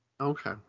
Okay